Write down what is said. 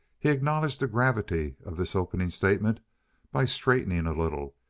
he acknowledged the gravity of this opening statement by straightening a little,